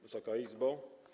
Wysoka Izbo!